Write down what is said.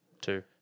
Two